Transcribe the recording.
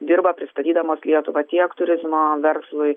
dirba pristatydamos lietuvą tiek turizmo verslui